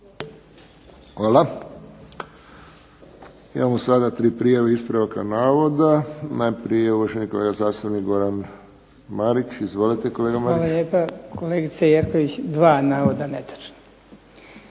Hvala. Imamo sada 3 prijave ispravaka navoda. Najprije uvaženi kolega zastupnik Goran Marić. Izvolite kolega Marić. **Marić, Goran (HDZ)** Hvala lijepa. Kolegice Jerković 2 navoda netočna.